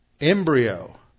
embryo